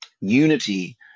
unity